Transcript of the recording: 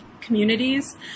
communities